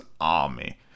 Army